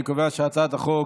אני קובע שהצעת החוק